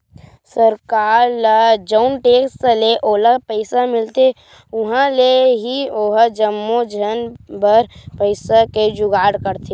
सरकार ल जउन टेक्स ले ओला पइसा मिलथे उहाँ ले ही ओहा जम्मो झन बर पइसा के जुगाड़ करथे